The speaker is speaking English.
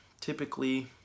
typically